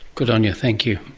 good on you, thank you.